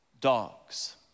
dogs